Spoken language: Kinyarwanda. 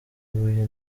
ibuye